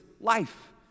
life